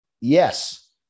Yes